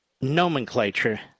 nomenclature